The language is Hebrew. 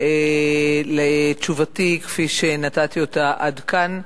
על תשובתי כפי שנתתי אותה עד כאן.